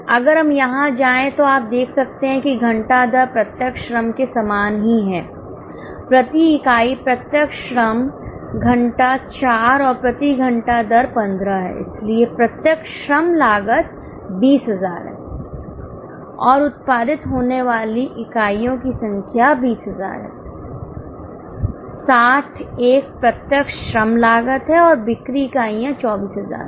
अगर हम यहां जाएं तो आप देख सकते हैं कि घंटा दर प्रत्यक्ष श्रम के समान ही है प्रति इकाई प्रत्यक्ष श्रम घंटा 4 और प्रति घंटा दर 15 है इसलिए प्रत्यक्ष श्रम लागत 20000 है और उत्पादित होने वाली इकाइयों की संख्या 20000 है 60 एक प्रत्यक्ष श्रम लागत है और बिक्री इकाइयाँ 24000 हैं